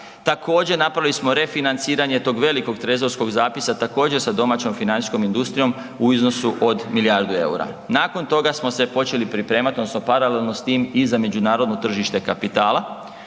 Također napravili smo refinanciranje tog velikog trezorskog zapisa također sa domaćom financijskom industrijom u iznosu od milijardu EUR-a. Nakon toga smo se počeli pripremati odnosno paralelno s tim i za međunarodno tržište kapitala.